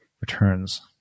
returns